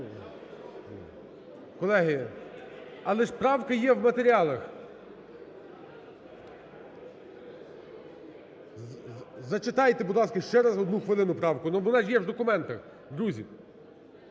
Колеги! Але ж правки є в матеріалах. Зачитайте, будь ласка, ще раз, одну хвилину, правку. Ну, вона ж є в документах, друзі.